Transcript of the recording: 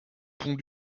pont